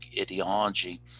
ideology